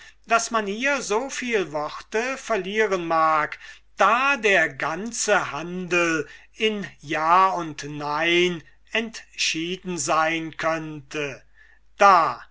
daß man hier so viel worte verlieren mag da der ganze handel in ja und nein entschieden sein könnte da